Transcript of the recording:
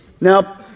Now